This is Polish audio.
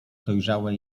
dojrzałe